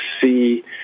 see